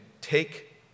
take